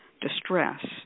distress